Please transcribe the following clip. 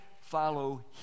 follow